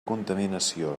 contaminació